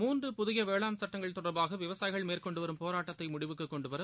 முன்று புதிய வேளாண் சுட்டங்கள் தொடர்பாக விவசாயிகள் மேற்கொண்டு வரும் போராட்டத்தை முடிவுக்கு கொண்டுவர்